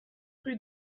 rue